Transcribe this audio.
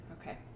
Okay